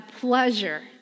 pleasure